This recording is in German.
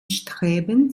streben